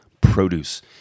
Produce